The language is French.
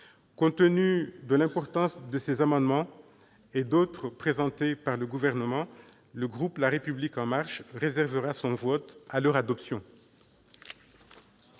Compte tenu de l'importance de ces amendements, et d'autres présentés par le Gouvernement, le groupe La République en Marche conditionnera son vote à leur adoption.